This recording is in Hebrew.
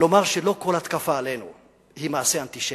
לומר שלא כל התקפה עלינו היא מעשה אנטישמי,